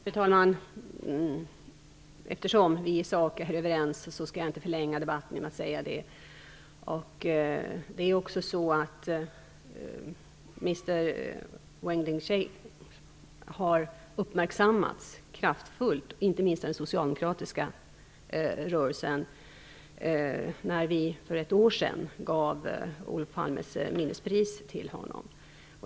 Fru talman! Eftersom vi i sak är överens skall jag inte förlänga debatten. Mr Wei Jingsheng har uppmärksammats kraftigt, inte minst av den socialdemokratiska rörelsen när vi för ett år sedan gav Olof Palmes minnespris till honom.